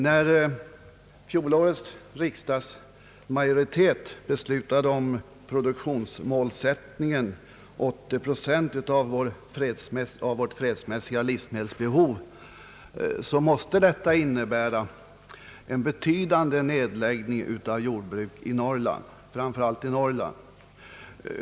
Det av fjolårets riksdagsmajoritet fattade beslutet om produktionsmålsättningen 80 procent av vårt fredsmässiga livsmedelsbehov måste innebära en betydande nedläggning av jordbruk, framför allt i Norrland.